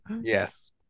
Yes